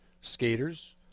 skaters